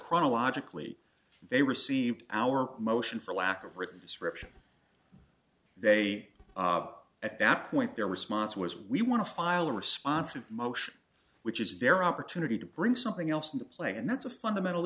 chronologically they received our motion for lack of written description they at that point their response was we want to file a responsive motion which is their opportunity to bring something else into play and that's a fundamental